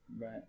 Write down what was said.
Right